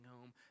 home